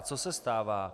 Co se stává?